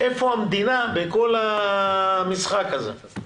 איפה המדינה בכל המשחק הזה?